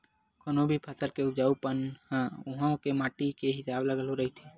कोनो भी फसल के उपजाउ पन ह उहाँ के माटी के हिसाब ले घलो रहिथे